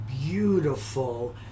beautiful